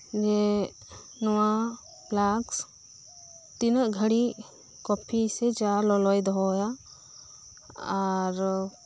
ᱡᱮ ᱱᱚᱶᱟ ᱯᱷᱞᱟᱠᱥ ᱛᱤᱱᱟᱹᱜ ᱜᱷᱟᱲᱤᱡ ᱠᱚᱯᱷᱤ ᱥᱮ ᱪᱟ ᱞᱚᱞᱚᱭ ᱫᱚᱦᱚᱭᱟ ᱟᱨᱦᱚᱸ